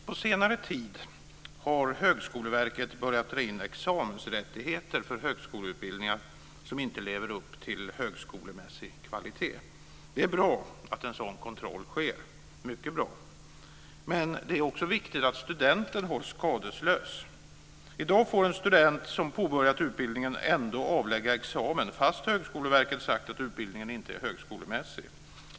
På senare tid har Högskoleverket börjat dra in examensrättigheter för högskoleutbildningar som inte lever upp till högskolemässig kvalitet. Det är mycket bra att en sådan kontroll sker men det är också viktigt att studenten hålls skadeslös. I dag får en student som påbörjat en utbildning avlägga examen fastän Högskoleverket sagt att utbildningen inte är högskolemässig.